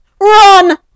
Run